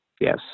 yes